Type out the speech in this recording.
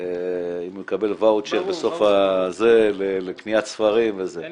אם הוא יקבל ואוצ'ר לקניית ספרים וזה --- ברור,